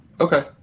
Okay